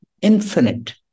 infinite